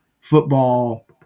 football